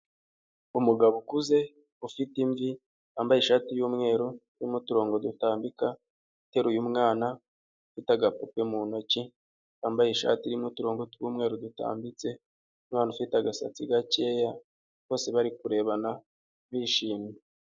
Umugabo ukuze ufite imvi, yambaye ishati y'umweru irimo uturongo dutambika, uteruye mwana, ufite agapupe mu ntoki, wambaye ishati irimo uturongo tw'umweru dutambitse, umwana ufite agasatsi gakeya bose bari kurebana bishimye.